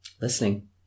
Listening